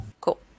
cool